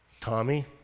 Tommy